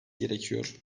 gerekiyor